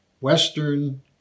Western